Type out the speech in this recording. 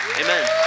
Amen